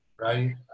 right